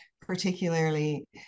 particularly